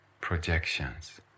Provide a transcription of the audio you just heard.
projections